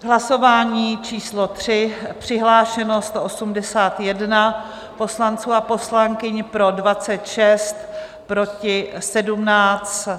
V hlasování číslo 3 přihlášeno 181 poslanců a poslankyň, pro 26, proti 17.